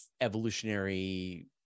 evolutionary